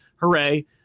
Hooray